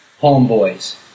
Homeboys